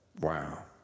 Wow